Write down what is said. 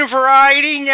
Variety